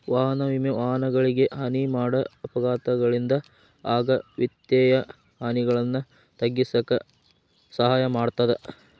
ವಾಹನ ವಿಮೆ ವಾಹನಗಳಿಗೆ ಹಾನಿ ಮಾಡ ಅಪಘಾತಗಳಿಂದ ಆಗ ವಿತ್ತೇಯ ಹಾನಿಗಳನ್ನ ತಗ್ಗಿಸಕ ಸಹಾಯ ಮಾಡ್ತದ